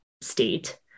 state